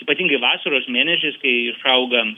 ypatingai vasaros mėnesiais kai išauga